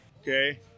Okay